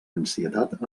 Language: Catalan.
ansietat